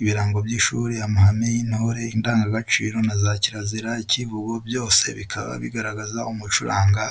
ibirango by'ishuri, amahame y'intore, indangagaciro na za kirazira, icyivugo byose bikaba bigaragaza umuco uranga